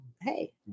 hey